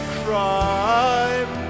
crime